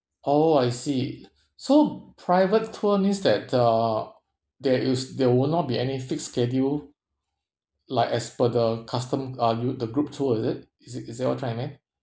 oh I see so private tour means that uh there is there will not be any fixed schedule like as per the custom uh gr~ the group tour is it is it what you're trying to mean